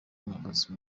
umuyobozi